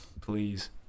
please